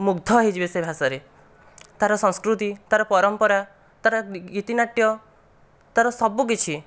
ମୁଗ୍ଧ ହେଇଯିବେ ସେ ଭାଷାରେ ତାର ସଂସ୍କୃତି ତାର ପରମ୍ପରା ତାର ଗୀତି ନାଟ୍ୟ ତାର ସବୁ କିଛି